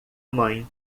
mãe